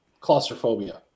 claustrophobia